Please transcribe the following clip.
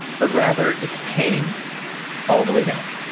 but rather it's pain all the way down.